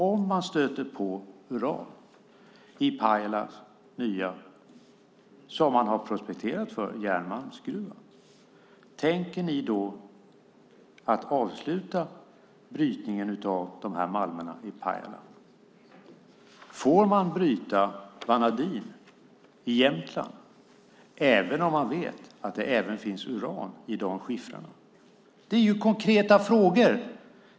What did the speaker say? Om man stöter på uran i Pajala nya gruva som man prospekterat för järnmalm, tänker ni då avsluta brytningen av dessa malmer i Pajala? Får man bryta vanadin i Jämtland även om man vet att det också finns uran i dessa skiffrar? Det är konkreta frågor.